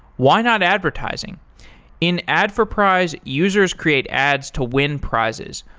why not advertising in adforprize, users create ads to win prizes.